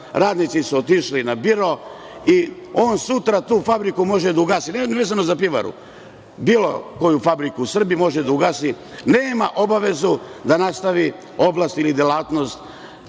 radnici su otišli na biro i on sutra tu fabriku može da ugasi, nije vezano na pivaru, bilo koju fabriku u Srbiji može da ugasi, nema obavezu da nastavi oblast ili delatnost